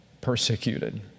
persecuted